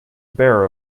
bare